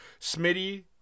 Smitty